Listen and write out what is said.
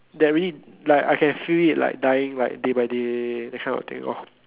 that really like I can feel it like dying like day by day that kind of thing loh